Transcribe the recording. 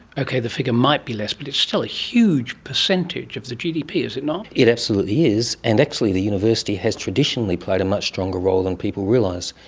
okay, the figure might be less, but it's still a huge percentage of the gdp, is it not? it absolutely is, and actually the university has traditionally played a much stronger role than people realise.